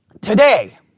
today